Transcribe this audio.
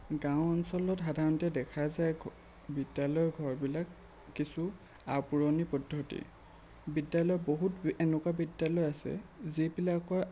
গাঁও অঞ্চলত সাধাৰণতে দেখা যায় বিদ্যালয় ঘৰবিলাক কিছু আওপুৰণি পদ্ধতিৰ বিদ্যালয় বহুত এনেকুৱা বিদ্যালয় আছে যিবিলাকৰ